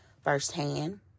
firsthand